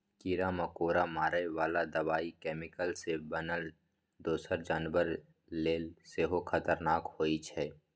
कीरा मकोरा मारय बला दबाइ कैमिकल सँ बनल दोसर जानबर लेल सेहो खतरनाक होइ छै